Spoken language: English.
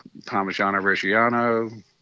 Parmigiano-Reggiano